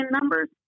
numbers